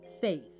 faith